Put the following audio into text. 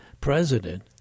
president